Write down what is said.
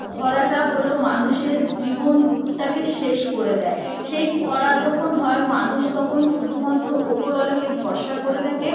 খরাটা হলো মানুষের জীবনটাকে শেষ করে দেয় সেই খরা যখন হয় মানুষ তখন শুধুমাত্র ওপরওয়ালাকে ভরসা করে থাকে